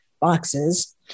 boxes